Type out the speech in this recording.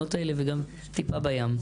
המעונות האלה וגם טיפה בים.